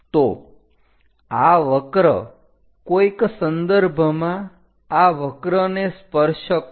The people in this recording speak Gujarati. તો આ વક્ર કોઈક સંદર્ભમાં આ વક્રને સ્પર્શક છે